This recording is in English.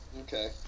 Okay